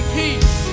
peace